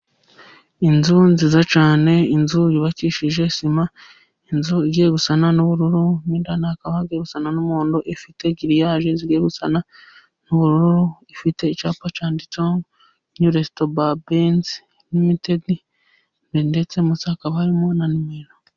Inzu nziza cyane, inzu yubakishije sima, inzu igiye gusa n'ubururu n'indani igiye gusa n'umuhondo. Ifite giririyaje zigiye gusa n'ubururu, ifite icyapa cyanditse resitorabare rimitedi ndetse mo hakaba harimo....